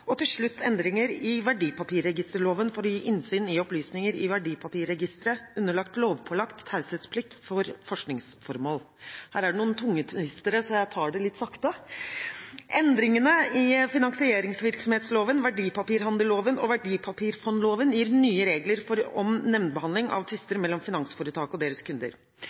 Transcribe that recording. og til slutt endringer i verdipapirregisterloven for å gi innsyn i verdipapirregistre underlagt lovpålagt taushetsplikt for forskningsformål. Endringene i finansieringsvirksomhetsloven, verdipapirhandelloven og verdipapirfondloven gir nye regler om nemndbehandling av tvister mellom finansforetak og deres kunder.